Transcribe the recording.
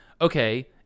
Okay